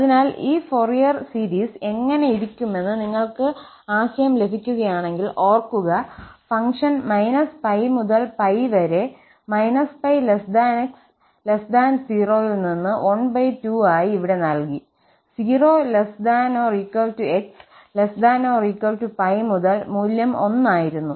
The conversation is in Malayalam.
അതിനാൽ ഈ ഫോറിയർ സീരീസ് എങ്ങനെയിരിക്കുമെന്ന് നിങ്ങൾക്ക് ആശയം ലഭിക്കുകയാണെങ്കിൽ ഓർക്കുക ഫംഗ്ഷൻ −𝜋 മുതൽ 𝜋 വരെ −𝜋 𝑥 0 ൽ നിന്ന് 12ആയി ഇവിടെ നൽകി 0≤𝑥≤𝜋 മുതൽ മൂല്യം 1 ആയിരുന്നു